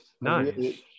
Nice